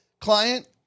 client